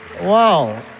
Wow